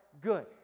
good